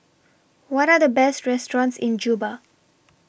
What Are The Best restaurants in Juba